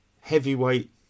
heavyweight